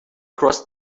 crossed